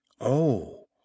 Oh